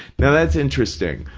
yeah that's interesting.